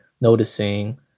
noticing